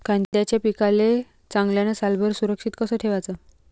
कांद्याच्या पिकाले चांगल्यानं सालभर सुरक्षित कस ठेवाचं?